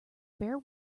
bare